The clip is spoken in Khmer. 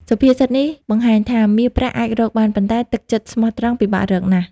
សុភាសិតនេះបង្ហាញថា «មាសប្រាក់អាចរកបាន ប៉ុន្តែទឹកចិត្តស្មោះត្រង់ពិបាករកណាស់»។